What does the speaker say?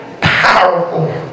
powerful